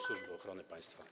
Służby Ochrony Państwa?